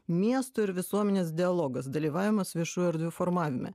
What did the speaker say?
miesto ir visuomenės dialogas dalyvavimas viešų erdvių formavime